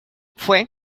fue